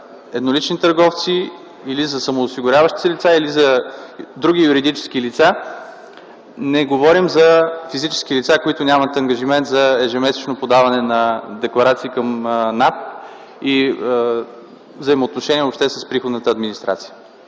еднолични търговци или за самоосигуряващи се лица, или за други юридически лица. Не говорим за физически лица, които нямат ангажимент за ежемесечно подаване на декларации към НАП и въобще взаимоотношения с приходната администрация.